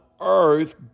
earth